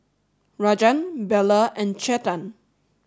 Rajan Bellur and Chetan